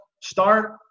start